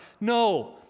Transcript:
No